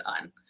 on